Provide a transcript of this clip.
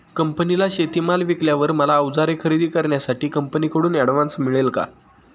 कंपनीला शेतीमाल विकल्यावर मला औजारे खरेदी करण्यासाठी कंपनीकडून ऍडव्हान्स मिळेल का?